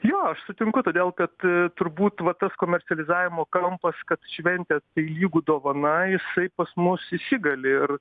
jo aš sutinku todėl kad turbūt va tas komercializavimo kampas kad šventė tai lygu dovana jisai pas mus įsigali ir